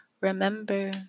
Remember